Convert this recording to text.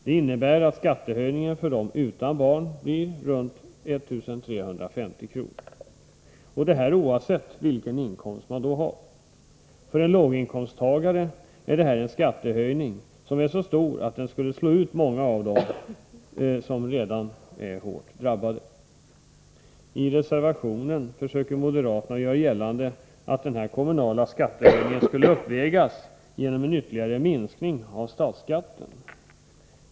Det innebär att skattehöjningen för dem som inte har barn blir runt 1350 kr. — detta oavsett vilken inkomst man har. För en låginkomsttagare är detta en skattehöjning som är så stor att den skulle slå ut många av dessa redan hårt drabbade. I reservationen försöker moderaterna göra gällande att denna kommunala skattehöjning skulle uppvägas genom ytterligare en minskning av statsskatten.